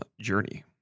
journey